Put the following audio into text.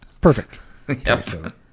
Perfect